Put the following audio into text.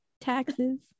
taxes